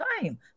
time